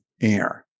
air